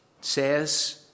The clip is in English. says